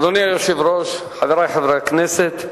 אדוני היושב-ראש, חברי חברי הכנסת,